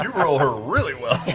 and roll her really well.